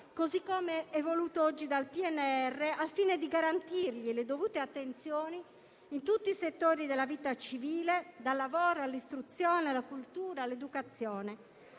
così come è voluto oggi dal PNRR, al fine di garantire loro le dovute attenzioni in tutti i settori della vita civile, dal lavoro, all'istruzione, alla cultura e all'educazione.